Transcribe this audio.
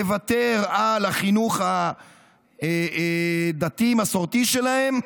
גם לוותר על החינוך הדתי המסורתי שלהם,